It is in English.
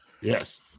Yes